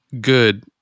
good